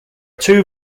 two